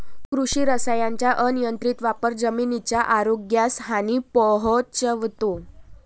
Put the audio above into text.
कृषी रसायनांचा अनियंत्रित वापर जमिनीच्या आरोग्यास हानी पोहोचवतो